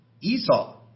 Esau